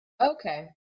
Okay